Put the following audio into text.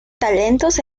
talentos